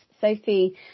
Sophie